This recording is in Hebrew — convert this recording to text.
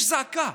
יש זעקה.